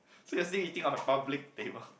so you're still eating on a public table